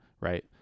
right